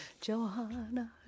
Johanna